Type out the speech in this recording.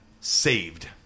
saved